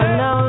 no